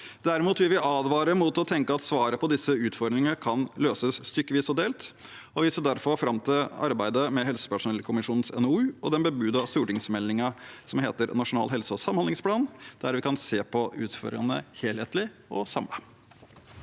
Derimot vil vi advare mot å tenke at svaret er at disse utfordringene kan løses stykkevis og delt. Vi ser derfor fram til arbeidet med helsepersonellkommisjonens NOU og den bebudede stortingsmeldingen som heter Nasjonal helse- og samhandlingsplan, der vi kan se på utfordringene helhetlig og samlet.